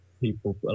people